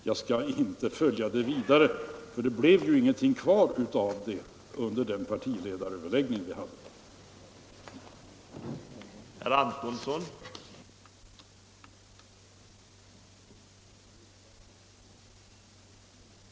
Jag skall inte följa resonemanget vidare, för det blev ju ingenting kvar av det under den partiledaröverläggning som vi har haft.